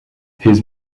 his